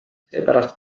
seepärast